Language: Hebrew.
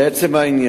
1. לעצם העניין,